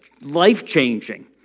life-changing